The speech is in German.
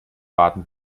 baden